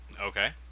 Okay